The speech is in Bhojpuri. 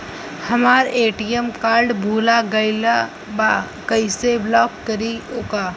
हमार ए.टी.एम कार्ड भूला गईल बा कईसे ब्लॉक करी ओके?